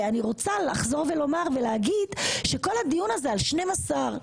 אני רוצה לחזור ולומר שכל הדיון הזה על 12,